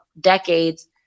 decades